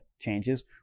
changes